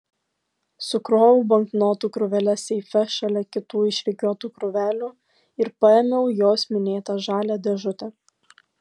sukroviau banknotų krūveles seife šalia kitų išrikiuotų krūvelių ir paėmiau jos minėtą žalią dėžutę